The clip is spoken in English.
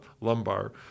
lumbar